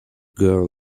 girl